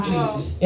Jesus